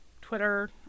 Twitter